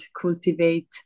cultivate